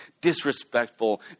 disrespectful